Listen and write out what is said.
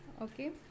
okay